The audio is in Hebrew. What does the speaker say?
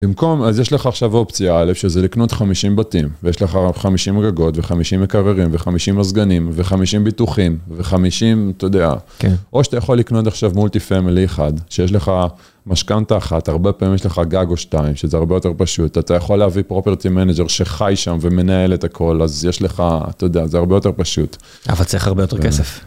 במקום, אז יש לך עכשיו אופציה א', שזה לקנות 50 בתים, ויש לך 50 גגות ו-50 מקררים ו-50 מזגנים ו-50 ביטוחים ו-50, אתה יודע. כן. או שאתה יכול לקנות עכשיו multi family אחד, שיש לך משכנתה אחת, הרבה פעמים יש לך גג או שתיים, שזה הרבה יותר פשוט. אתה יכול להביא property manager שחי שם ומנהל את הכל, אז יש לך, אתה יודע, זה הרבה יותר פשוט. אבל צריך הרבה יותר כסף.